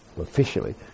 officially